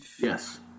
yes